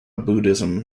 buddhism